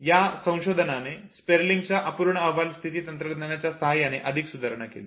या संशोधनाने स्पेरलिंग च्या अपूर्ण अहवाल स्थिती तंत्रज्ञानाच्या सहाय्याने अधिक सुधारणा केली